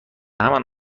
همان